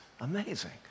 amazing